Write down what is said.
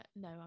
No